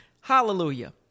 Hallelujah